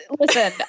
listen